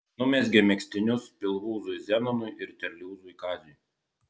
numezgė megztinius pilvūzui zenonui ir terliūzui kaziui